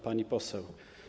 Pani Poseł!